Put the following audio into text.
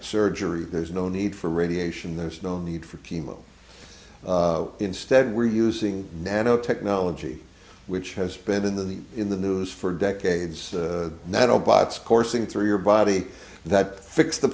surgery there's no need for radiation there's no need for people instead we're using nanotechnology which has been in the in the news for decades now you know bots coursing through your body that fix the